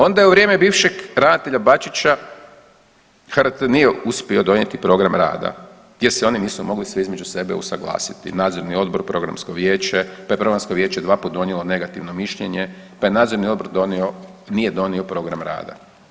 Onda je u vrijeme bivšeg ravnatelja Bačića HRT nije uspio donijeti program rada jer se oni nisu mogli sve između sebe usuglasiti, nadzorni odbor, programsko vijeće, pa je programsko vijeće dva put donijelo negativno mišljenje pa je nadzorni odbor nije donio program rada.